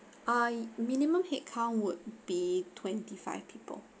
uh minimum headcount would be twenty five people